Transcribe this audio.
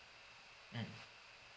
mm